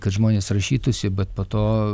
kad žmonės rašytųsi bet po to